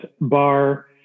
bar